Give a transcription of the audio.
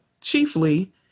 chiefly